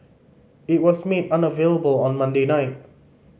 it was made unavailable on Monday night